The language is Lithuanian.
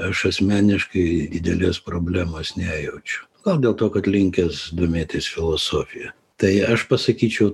aš asmeniškai didelės problemos nejaučiu gal dėl to kad linkęs domėtis filosofija tai aš pasakyčiau